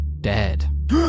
Dead